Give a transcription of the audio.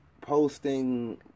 posting